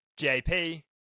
jp